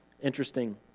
Interesting